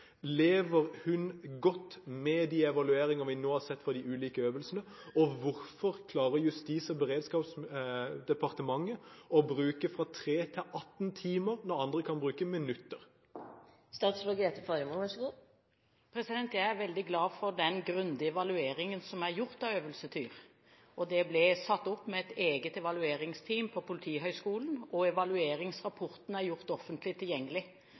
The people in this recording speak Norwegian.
Lever hun godt med de evalueringer vi nå har sett av de ulike øvelsene? Hvorfor klarer Justis- og beredskapsdepartementet å bruke 3 til 18 timer når andre kan bruke minutter? Jeg er veldig glad for den grundige evalueringen som er gjort av Øvelse Tyr. Det ble satt opp et eget evalueringsteam på Politihøgskolen, og evalueringsrapporten er gjort offentlig tilgjengelig.